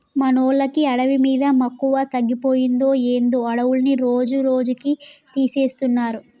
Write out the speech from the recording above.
మనోళ్ళకి అడవి మీద మక్కువ తగ్గిపోయిందో ఏందో అడవులన్నీ రోజురోజుకీ తీసేస్తున్నారు